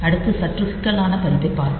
அடுத்து சற்று சிக்கலான பதிப்பைப் பார்ப்போம்